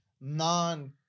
non